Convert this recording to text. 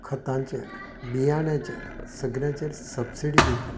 खतांचेर बियाणाचेर सगल्यांचेर सब्सिडी दिवपाक जाय